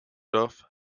duff